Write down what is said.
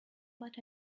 but